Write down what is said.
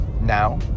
now